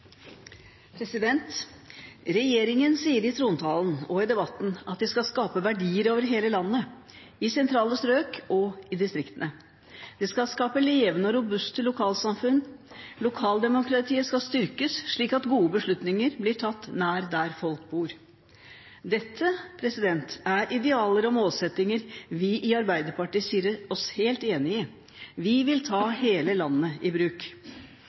Regjeringen sier i trontalen, og i debatten, at de skal skape verdier over hele landet – i sentrale strøk og i distriktene. De skal skape levende og robuste lokalsamfunn, og lokaldemokratiet skal styrkes, slik at gode beslutninger blir tatt nær der hvor folk bor. Dette er idealer og målsettinger vi i Arbeiderpartiet sier oss helt enig i. Vi vil ta hele landet i bruk.